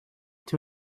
two